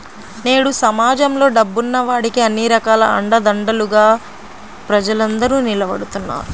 నేడు సమాజంలో డబ్బున్న వాడికే అన్ని రకాల అండదండలుగా ప్రజలందరూ నిలబడుతున్నారు